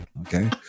Okay